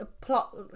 plot